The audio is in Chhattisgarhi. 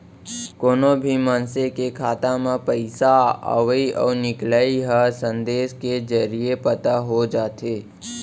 कोनो भी मनसे के खाता म पइसा अवइ अउ निकलई ह संदेस के जरिये पता हो जाथे